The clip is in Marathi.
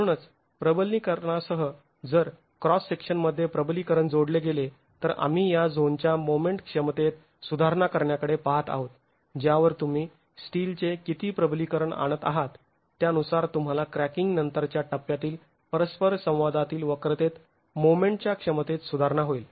म्हणूनच प्रबलीकरणासह जर क्रॉस सेक्शन मध्ये प्रबलीकरण जोडले गेले तर आम्ही या झोनच्या मोमेंट क्षमतेत सुधारणा करण्याकडे पाहत आहोत ज्यावर तुम्ही स्टीलचे किती प्रबलीकरण आणत आहात त्यानुसार तुम्हाला क्रॅकिंग नंतरच्या टप्प्यातील परस्पर संवादातील वक्रतेत मोमेंटच्या क्षमतेत सुधारणा होईल